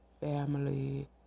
family